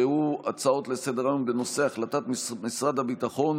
הוא הצעות לסדר-היום בנושא: החלטת משרד הביטחון